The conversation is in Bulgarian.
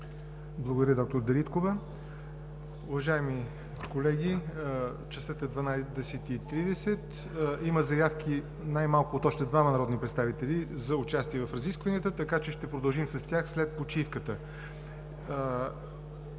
Благодаря, доктор Дариткова. Уважаеми колеги, часът е 11,30. Има заявки най-малко от още двама народни представители за участие в разискванията, така че ще продължим с тях след почивката.